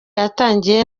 yatangiye